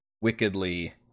wickedly